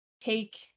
take